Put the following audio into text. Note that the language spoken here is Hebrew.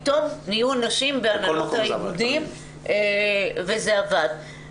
פתאום נהיו נשים בהנהלות האיגודים וזה עבד.